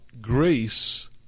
grace